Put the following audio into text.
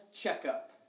checkup